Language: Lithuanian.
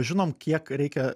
žinom kiek reikia